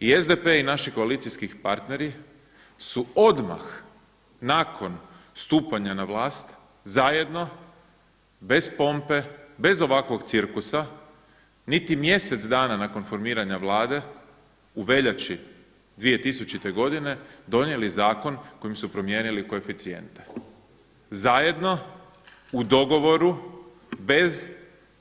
I SDP i naši koalicijski partneri su odmah nakon stupanja na vlast zajedno bez pompe, bez ovakvog cirkusa niti mjesec dana nakon formiranja Vlade u veljači 2000. godine donijeli zakon kojim su promijenili koeficijente, zajedno u dogovoru bez